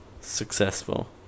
successful